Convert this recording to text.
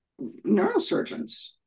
neurosurgeons